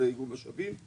לאיגום משאבים.